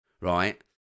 right